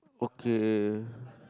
okay